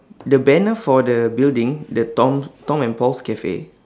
the banner for the building the tom tom and paul's cafe